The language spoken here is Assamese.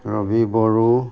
ৰবি বড়ো